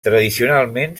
tradicionalment